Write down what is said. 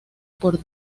por